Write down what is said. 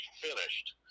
finished